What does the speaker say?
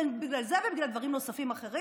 בגלל זה ובגלל דברים אחרים,